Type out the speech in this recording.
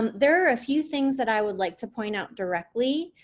um there are a few things that i would like to point out directly.